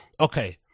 Okay